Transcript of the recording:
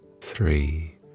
three